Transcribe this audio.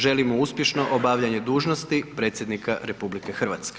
Želim mu uspješno obavljanje dužnosti predsjednika RH.